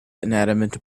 inanimate